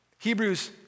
Hebrews